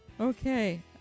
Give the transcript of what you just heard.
Okay